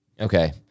Okay